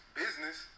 business